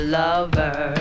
lover